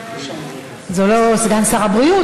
זה לא סגן שר הבריאות,